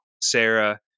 sarah